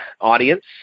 audience